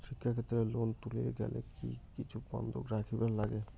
শিক্ষাক্ষেত্রে লোন তুলির গেলে কি কিছু বন্ধক রাখিবার লাগে?